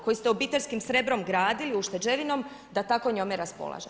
Koju ste obiteljskim srebrom gradili, ušteđevinom, da tako njome raspolaže?